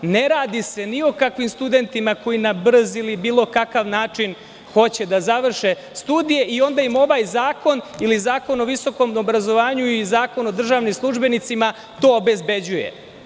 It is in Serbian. Ne radi se ni o kakvim studentima koji na brz ili bilo kakav način hoće da završe studije i onda im ovaj zakon ili Zakon o visokom obrazovanju i Zakon o državnim službenicima to obezbeđuju.